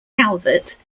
calvert